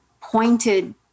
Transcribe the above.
pointed